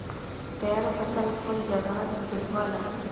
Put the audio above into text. तैयार फसल कुन जगहत बिकवा लगे?